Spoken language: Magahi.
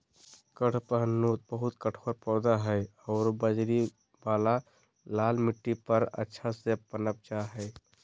कडपहनुत बहुत कठोर पौधा हइ आरो बजरी वाला लाल मिट्टी पर अच्छा से पनप जा हइ